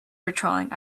patrolling